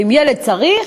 ואם ילד צריך,